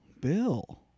Bill